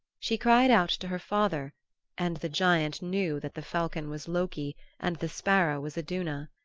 she cried out to her father and the giant knew that the falcon was loki and the sparrow was iduna.